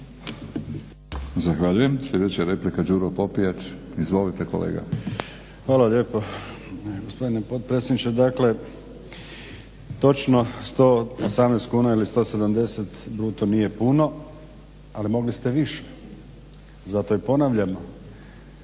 Zahvaljujem. Sljedeća replika, Đuro Popijač. Izvolite kolega. **Popijač, Đuro (HDZ)** Hvala lijepa gospodine potpredsjedniče. Dakle, točno 118 kuna ili 170 bruto nije puno, ali mogli ste više. Zato i ponavljam